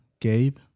Gabe